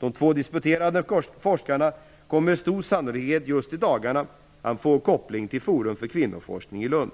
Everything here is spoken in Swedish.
De två disputerade forskarna kommer med stor sannolikhet just i dagarna att få en koppling till Forum för kvinnoforskning i Lund.